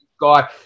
guy